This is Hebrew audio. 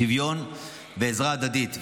שוויון ועזרה הדדית.